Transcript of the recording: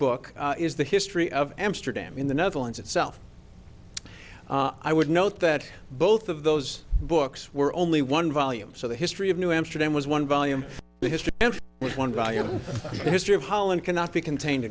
book is the history of amsterdam in the netherlands itself i would note that both of those books were only one volume so the history of new amsterdam was one volume history and one volume history of holland cannot be contained